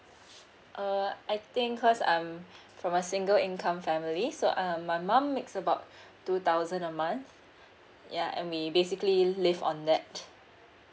uh I think cause I'm from a single income family so um my mom makes about two thousand a month ya me basically live on that